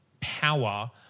power